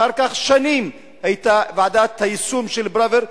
אחר כך שנים היתה ועדת היישום של פראוור,